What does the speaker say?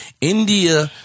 India